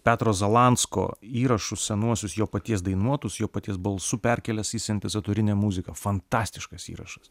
petro zalansko įrašus senuosius jo paties dainuotus jo paties balsu perkėlęs į sintezatorinę muziką fantastiškas įrašas